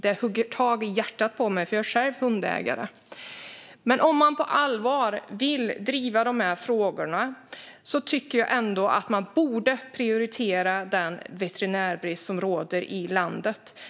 Det högg i hjärtat på mig, för jag är själv hundägare. Men om man på allvar vill driva dessa frågor borde man prioritera den veterinärbrist som råder i landet.